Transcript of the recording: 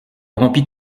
rompit